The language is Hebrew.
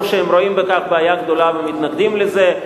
שהם רואים בכך בעיה גדולה ומתנגדים לזה,